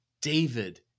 David